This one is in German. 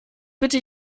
bitte